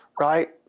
right